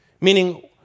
Meaning